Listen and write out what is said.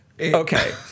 Okay